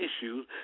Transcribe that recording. issues